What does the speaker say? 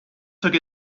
took